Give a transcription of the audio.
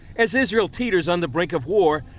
as israel teeters on the brink of war,